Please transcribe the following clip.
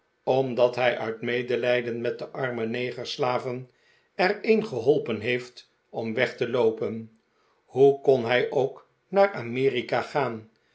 omdat hij uit medelijden met de arme negerslaven er een geholpen heeft om weg te loopen hoe kon hij ook naar amerika gaan